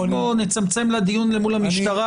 בוא נצמצם את הדיון אל מול המשטרה,